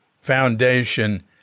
foundation